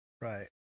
right